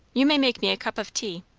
you may make me a cup of tea.